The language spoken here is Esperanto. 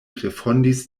refondis